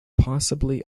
possibly